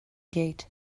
gate